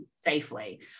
safely